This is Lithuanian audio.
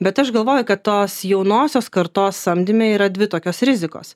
bet aš galvoju kad tos jaunosios kartos samdyme yra dvi tokios rizikos